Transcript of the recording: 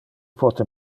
pote